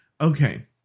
Okay